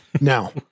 Now